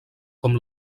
com